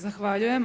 Zahvaljujem.